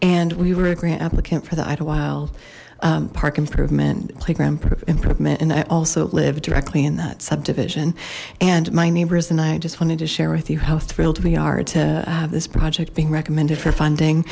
and we were a grant applicant for the idlewild park improvement playground improvement and i also lived directly in that subdivision and my neighbors and i just wanted to share with you how thrilled we are to have this project being recommended for funding